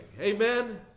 Amen